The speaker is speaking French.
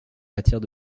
matière